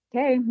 Okay